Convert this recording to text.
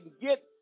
get